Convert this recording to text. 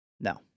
No